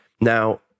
Now